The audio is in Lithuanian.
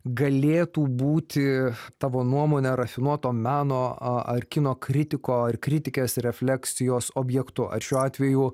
galėtų būti tavo nuomone rafinuoto meno ar kino kritiko ar kritikės refleksijos objektu ar šiuo atveju